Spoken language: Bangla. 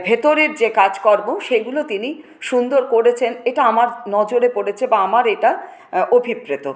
ভেতরের যে কাজকর্ম সেগুলো তিনি সুন্দর করেছেন এটা আমার নজরে পড়েছে বা আমার এটা অভিপ্রেত